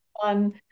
fun